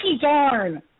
darn